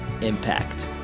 Impact